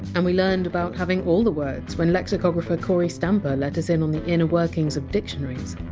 and we learned about having all the words, when lexicographer kory stamper let us in on the inner workings of dictionaries.